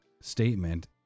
statement